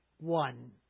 one